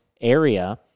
area